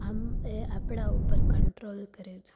આમ એ આપણાં ઉપર કંટ્રોલ કરે છે